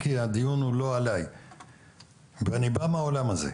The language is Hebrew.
כי הדיון הוא לא עליי ואני בא מהעולם הזה.